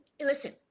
listen